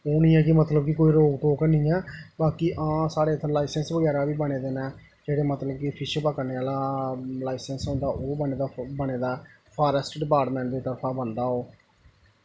ओह् निं ऐ कि रोक टोक हैनी ऐ बाकी हां साढ़े इत्थें लाईसैंस बगैरा बी बने दे न जेह्ड़े मतलब कि फिश पकड़ने आह्ला लाइसेंस होंदा ओह् बने दा फारेस्ट डिपार्टमैंट दी तरफ बनदा ओह्